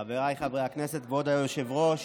חבריי חברי הכנסת, כבוד היושב-ראש,